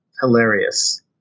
hilarious